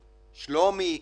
שלומי,